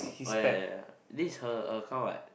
oh ya ya ya this is her account what